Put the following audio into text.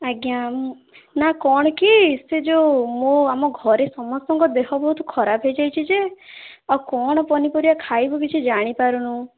ଆଜ୍ଞା ନା କ'ଣ କି ସେ ଯୋଉ ମୋ ଆମ ଘରେ ସମସ୍ତଙ୍କ ଦେହ ବହୁତ ଖରାପ୍ ହେଇଯାଇଛି ଯେ ଆଉ କ'ଣ ପନିପରିବା ଖାଇବୁ କିଛି ଜାଣିପାରୁନୁ